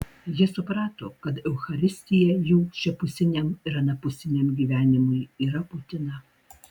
jie suprato kad eucharistija jų šiapusiniam ir anapusiniam gyvenimui yra būtina